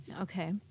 Okay